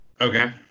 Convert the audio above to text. Okay